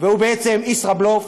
והוא בעצם ישראבלוף.